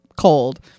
cold